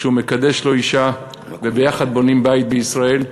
כשהוא מקדש לו אישה, וביחד בונים בית בישראל,